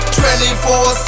24